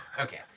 Okay